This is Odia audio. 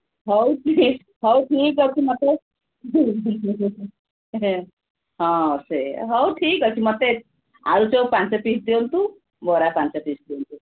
ହଉ ଠିକ୍ ହଉ ଠିକ୍ ଅଛି ମୋତେ ହଁ ସେୟା ହଉ ଠିକ୍ ଅଛି ମୋତେ ଆଳୁଚପ ପାଞ୍ଚ ପିସ୍ ଦିଅନ୍ତୁ ବରା ପାଞ୍ଚ ପିସ୍ ଦିଅନ୍ତୁ